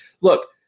look